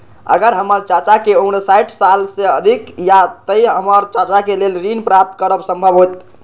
अगर हमर चाचा के उम्र साठ साल से अधिक या ते हमर चाचा के लेल ऋण प्राप्त करब संभव होएत?